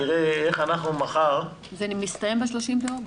נראה איך אנחנו מחר --- זה מסתיים ב-30 באוגוסט.